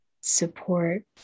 support